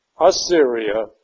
Assyria